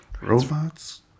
robots